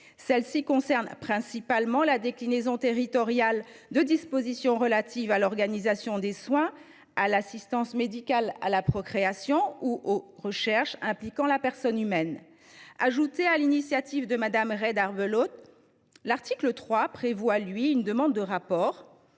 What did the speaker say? Celles ci concernent principalement la déclinaison territoriale de dispositions relatives à l’organisation des soins, à l’assistance médicale à la procréation (AMP) ou aux recherches impliquant la personne humaine. Ajouté sur l’initiative de Mme Reid Arbelot, l’article 3 dispose :« Dans un délai